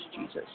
Jesus